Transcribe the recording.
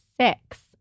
six